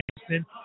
Houston